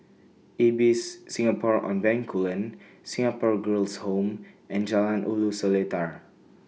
Ibis Singapore on Bencoolen Singapore Girls' Home and Jalan Ulu Seletar